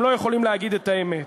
אתם לא יכולים להגיד את האמת.